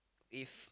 if